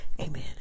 Amen